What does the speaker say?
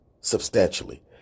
substantially